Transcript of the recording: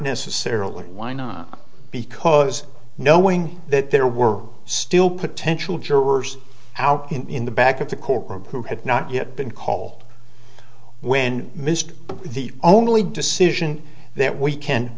necessarily why not because knowing that there were still potential jurors out in the back of the corpora who had not yet been call when missed the only decision that we can